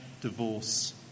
divorce